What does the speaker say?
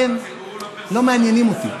אתם לא מעניינים אותי,